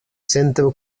centro